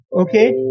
Okay